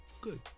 Good